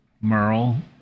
Merle